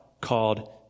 called